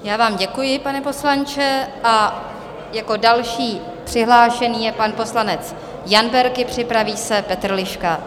Já vám děkuji, pane poslanče, a jako další přihlášený je pan poslanec Jan Berki, připraví se Petr Liška.